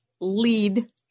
lead